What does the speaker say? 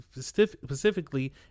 specifically